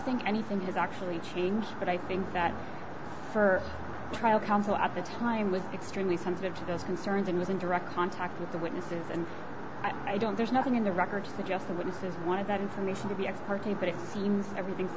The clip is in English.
think anything has actually changed but i think that her trial counsel at the time was extremely sensitive to those concerns and was in direct contact with the witnesses and i don't there's nothing in the record that just the witnesses wanted that information to be ex parte but it seems everything